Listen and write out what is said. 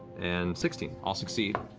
and sixteen. all succeed.